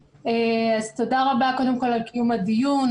תודה רבה על קיום הדיון.